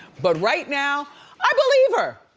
but, right now i believe her,